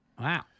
Wow